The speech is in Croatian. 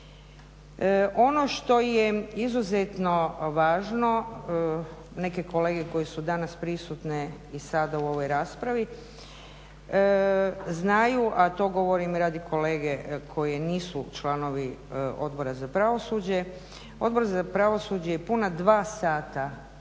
ono što je izuzetno važno, neke kolege koje su danas prisutne i sada u ovoj raspravi znaju a to govorim radi kolege koji nisu članovi Odbora za pravosuđe, Odbor za pravosuđe je puna dva sata